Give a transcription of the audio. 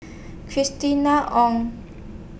Christina Ong